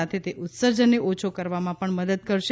સાથે તે ઉત્સર્જનને ઓછો કરવામાં મદદ કરશે